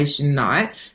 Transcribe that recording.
night